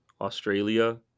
Australia